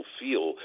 feel